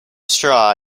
straw